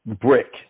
brick